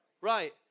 right